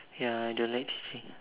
ya I don't like teaching